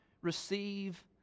receive